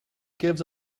gives